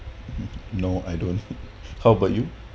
no I don't how about you